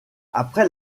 après